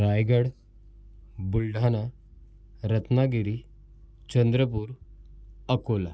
Raigad Buldhana Ratnagiri Chandrapur Akola